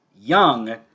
young